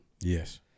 Yes